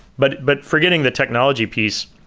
but but forgetting the technology piece,